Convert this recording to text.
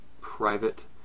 private